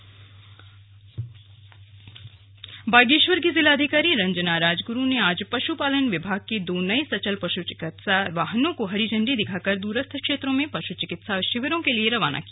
slug पशुचिकित्सा वाहन बागेश्वर की जिलाधिकारी रंजना राजगुरु ने आज पशुपालन विभाग के दो नए सचल पशुचिकित्सा वाहनों को हरी झंडी दिखाकर दूरस्थ क्षेत्रो में पशुचिकित्सा शिविरों के लिए रवाना किया